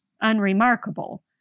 unremarkable